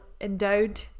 endowed